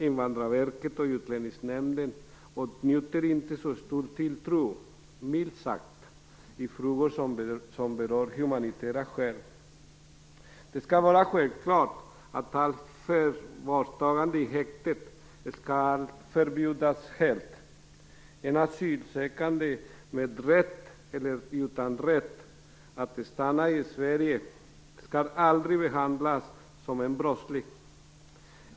Invandrarverket och Utlänningsnämnden åtnjuter inte så stor tilltro - milt sagt - i frågor som berör humanitära skäl. Det skall vara självklart att allt förvarstagande i häkte helt skall förbjudas. En asylsökande med rätt eller utan rätt att stanna i Sverige skall aldrig behandlas som en brottsling.